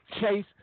Chase